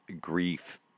grief